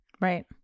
Right